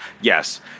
yes